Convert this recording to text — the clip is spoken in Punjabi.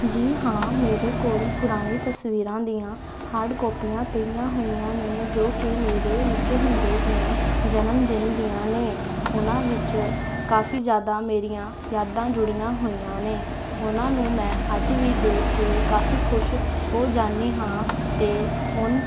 ਜੀ ਹਾਂ ਮੇਰੇ ਕੋਲ ਪੁਰਾਣੀ ਤਸਵੀਰਾਂ ਦੀਆਂ ਹਾਰਡ ਕੋਪੀਆਂ ਪਈਆਂ ਹੋਈਆਂ ਨੇ ਜੋ ਕਿ ਮੇਰੇ ਨਿੱਕੇ ਹੁੰਦੇ ਦੀਆਂ ਜਨਮਦਿਨ ਦੀਆਂ ਨੇ ਉਹਨਾਂ ਵਿੱਚ ਕਾਫੀ ਜ਼ਿਆਦਾ ਮੇਰੀਆਂ ਯਾਦਾਂ ਜੁੜੀਆਂ ਹੋਈਆਂ ਨੇ ਉਹਨਾਂ ਨੂੰ ਮੈਂ ਅੱਜ ਵੀ ਦੇਖ ਕੇ ਕਾਫੀ ਖੁਸ਼ ਹੋ ਜਾਂਦੀ ਹਾਂ ਅਤੇ ਹੁਣ